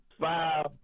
five